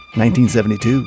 1972